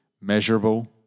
measurable